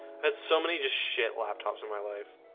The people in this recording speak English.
that's so many just shit laptops in my life